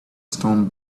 stone